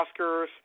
Oscars